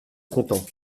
content